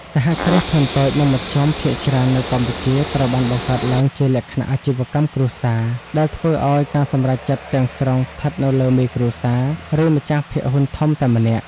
សហគ្រាសធុនតូច និងមធ្យម ភាគច្រើននៅកម្ពុជាត្រូវបានបង្កើតឡើងជាលក្ខណៈអាជីវកម្មគ្រួសារ ដែលធ្វើឱ្យការសម្រេចចិត្តទាំងស្រុងស្ថិតនៅលើមេគ្រួសារ ឬម្ចាស់ភាគហ៊ុនធំតែម្នាក់។